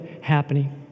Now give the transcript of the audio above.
happening